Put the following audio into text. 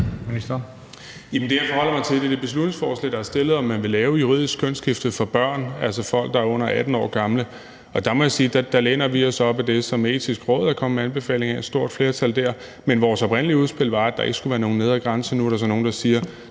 Det, jeg forholder mig til, er det beslutningsforslag, der er fremsat, om, hvorvidt man vil lave juridisk kønsskifte for børn, altså for børn, der er under 18 år. Der må jeg sige, at vi læner os op ad det, som et stort flertal i Det Etiske Råd anbefaler, men vores oprindelige udspil var, at der ikke skulle være nogen nedre grænse. Nu er der så nogle – et stort